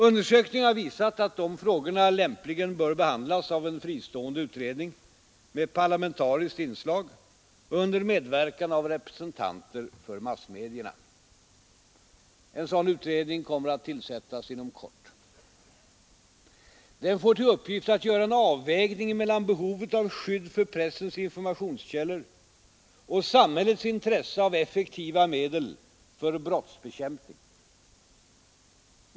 Undersökningen har visat, att dessa frågor lämpligen bör behandlas av en fristående utredning med parlamentariskt inslag och under medverkan av representanter för massmedierna. En sådan utredning kommer att tillsättas inom kort. Den får till uppgift att göra en avvägning mellan behovet av skydd för pressens informationskällor och samhällets intresse av effektiva medel för brottsbekämpningen.